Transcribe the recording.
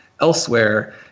elsewhere